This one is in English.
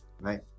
right